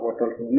కాబట్టి ఇప్పుడు